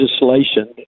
legislation